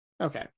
okay